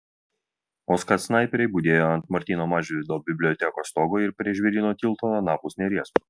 o skat snaiperiai budėjo ant martyno mažvydo bibliotekos stogo ir prie žvėryno tilto anapus neries